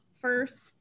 first